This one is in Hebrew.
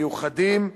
מיוחדים,